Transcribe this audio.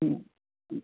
ഉം